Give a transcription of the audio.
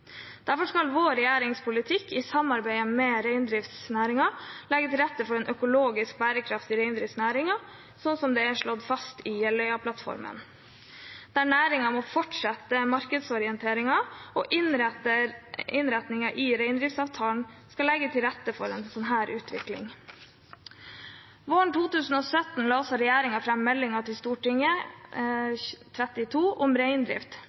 Derfor skal vår regjerings politikk i samarbeid med reindriftsnæringen legge til rette for en økologisk bærekraftig reindriftsnæring, slik det er slått fast i Jeløya-plattformen. Næringen må fortsette markedsorienteringen, og innretningen i reindriftsavtalen skal legge til rette for en slik utvikling. Våren 2017 la regjeringen fram Meld. St. 32 for 2016–2017, Reindrift